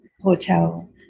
hotel